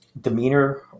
demeanor